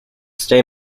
ste